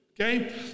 Okay